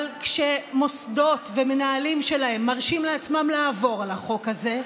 אבל כשמוסדות ומנהלים שלהם מרשים לעצמם לעבור על החוק הזה,